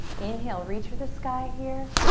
inhale, reach for the sky here.